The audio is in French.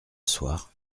soir